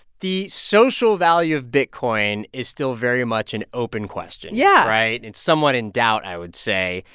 the social value of bitcoin is still very much an open question yeah right? it's somewhat in doubt, i would say.